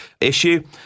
issue